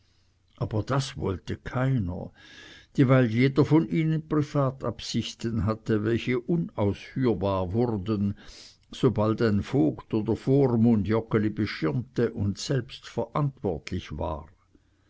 aber das wollte keiner dieweil jeder von ihnen privatabsichten hatte welche unausführbar wurden sobald ein vogt oder vormund joggeli beschirmte und selbst verantwortlich war